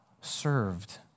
served